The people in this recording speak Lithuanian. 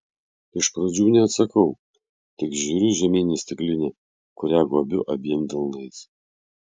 iš pradžių neatsakau tik žiūriu žemyn į stiklinę kurią gobiu abiem delnais